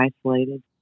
isolated